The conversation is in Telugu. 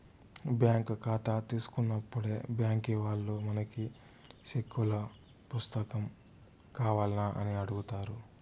బ్యాంక్ కాతా తీసుకున్నప్పుడే బ్యాంకీ వాల్లు మనకి సెక్కుల పుస్తకం కావాల్నా అని అడుగుతారు